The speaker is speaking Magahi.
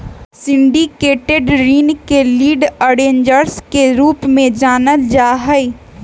सिंडिकेटेड ऋण के लीड अरेंजर्स के रूप में जानल जा हई